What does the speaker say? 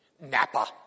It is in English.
Napa